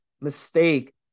mistake